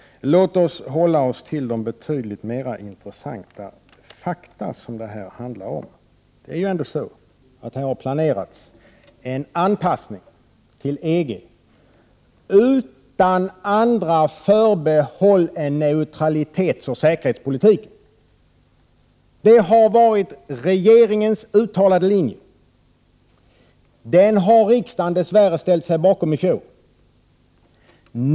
Låt oss hålla oss till de betydligt mera intressanta fakta som detta handlar om. Det har ju planerats en anpassning till EG utan andra förbehåll än neutralitetsoch säkerhetspolitiska. Det har varit regeringens uttalade linje. Den ställde sig riksdagen dess värre bakom i fjol.